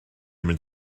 mynd